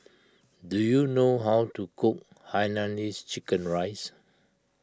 do you know how to cook Hainanese Chicken Rice